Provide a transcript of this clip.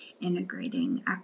integrating